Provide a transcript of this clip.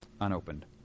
unopened